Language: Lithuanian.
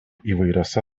įvairiose